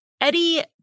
Eddie